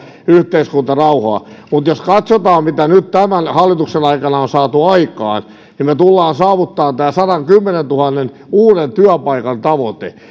yhteiskuntarauhaa mutta jos katsotaan mitä nyt tämän hallituksen aikana on saatu aikaan niin me tulemme saavuttamaan tämän sadankymmenentuhannen uuden työpaikan